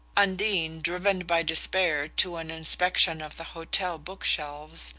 undine, driven by despair to an inspection of the hotel book-shelves,